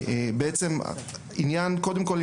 קודם כל,